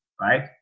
right